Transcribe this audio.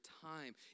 time